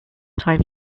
time